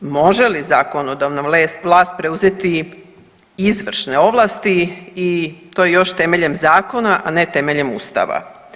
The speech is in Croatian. Može li zakonodavna vlast preuzeti izvršne ovlasti i to još temeljem zakona, a ne temeljem Ustava?